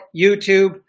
YouTube